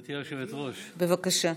אדם ישר.